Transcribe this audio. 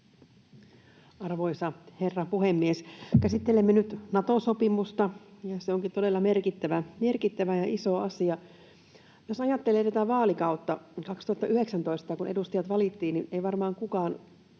Arvoisa herra puhemies! Käsittelemme nyt Nato-sopimusta, ja se onkin todella merkittävä ja iso asia. Jos ajattelee tätä vaalikautta, niin 2019, kun edustajat valittiin, ei varmaan kukaan